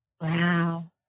Wow